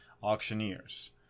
auctioneers